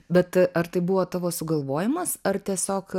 bet ar tai buvo tavo sugalvojimas ar tiesiog